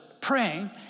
praying